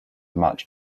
much